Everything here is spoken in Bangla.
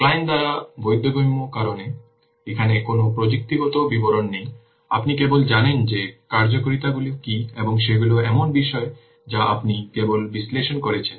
ক্লায়েন্ট দ্বারা বোধগম্য কারণ এখানে কোন প্রযুক্তিগত বিবরণ নেই আপনি কেবল জানেন যে কার্যকারিতাগুলি কী এবং সেগুলি এমন বিষয় যা আপনি কেবল বিশ্লেষণ করছেন